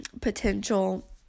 potential